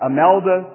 Amelda